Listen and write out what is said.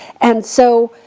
and so,